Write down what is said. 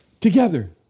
together